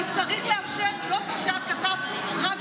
כי צריך לאפשר לא רק בשידור חי,